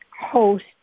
host